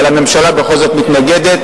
אבל הממשלה בכל זאת מתנגדת,